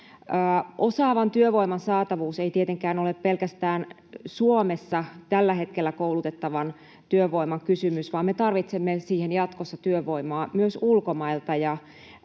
Osaavan työvoiman saatavuus ei tietenkään ole pelkästään tällä hetkellä Suomessa koulutettavan työvoiman kysymys, vaan me tarvitsemme siihen jatkossa työvoimaa myös ulkomailta.